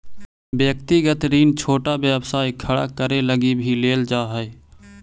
व्यक्तिगत ऋण छोटा व्यवसाय खड़ा करे लगी भी लेल जा हई